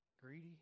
greedy